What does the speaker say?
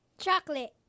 Chocolate